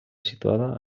situada